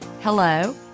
hello